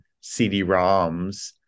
CD-ROMs